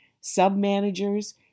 sub-managers